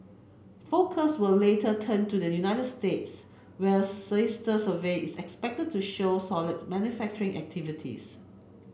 focus will later turn to the United States where a sister survey is expected to show solid manufacturing activities